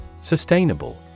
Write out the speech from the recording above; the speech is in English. Sustainable